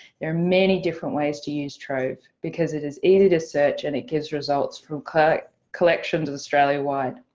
there are many different ways to use trove because it is easy to search and it gives results from collections of australia-wide.